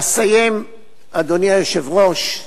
אסיים, אדוני היושב-ראש,